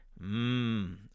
Mmm